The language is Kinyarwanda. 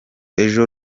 ejo